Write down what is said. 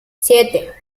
siete